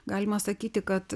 galima sakyti kad